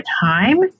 time